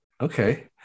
Okay